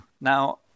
Now